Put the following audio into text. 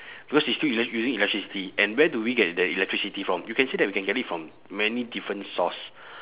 because it's still usi~ using electricity and where do we get the electricity from you can say that we can get it from many different source